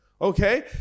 Okay